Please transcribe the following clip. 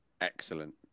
excellent